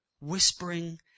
Whispering